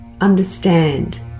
understand